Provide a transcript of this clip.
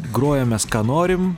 grojam mes ką norim